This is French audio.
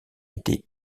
été